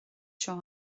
seo